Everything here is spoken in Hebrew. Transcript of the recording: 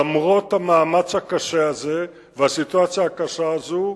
למרות המאמץ הקשה הזה והסיטואציה הקשה הזאת,